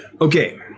okay